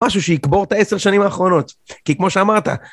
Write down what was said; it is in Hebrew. משהו שיקבור את ה-10 השנים האחרונות, כי כמו שאמרת...